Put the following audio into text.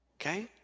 Okay